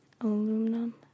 Aluminum